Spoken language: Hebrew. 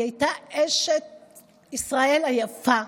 היא הייתה אשת ישראל היפה,